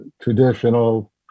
traditional